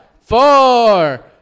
four